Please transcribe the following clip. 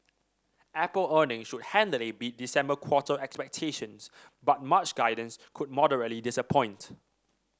apple earnings should handily beat December quarter expectations but March guidance could moderately disappoint